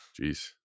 jeez